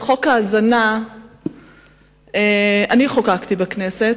את חוק ההזנה אני חוקקתי בכנסת.